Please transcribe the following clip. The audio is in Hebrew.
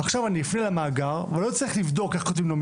עכשיו אני אפנה למאגר ואני לא אצטרך לבדוק איך כותבים נעמי